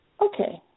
Okay